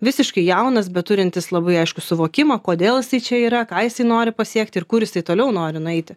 visiškai jaunas bet turintis labai aiškų suvokimą kodėl jisai čia yra ką jisai nori pasiekti ir kur jisai toliau nori nueiti